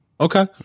okay